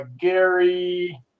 Gary